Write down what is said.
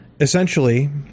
essentially